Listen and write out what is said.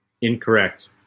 Incorrect